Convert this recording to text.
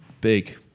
big